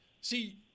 See